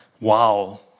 wow